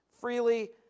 freely